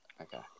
Okay